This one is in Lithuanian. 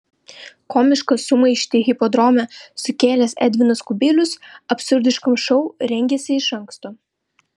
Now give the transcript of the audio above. komišką sumaištį hipodrome sukėlęs edvinas kubilius absurdiškam šou rengėsi iš anksto